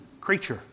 creature